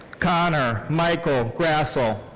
connor michael grassel.